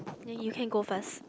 then you can go first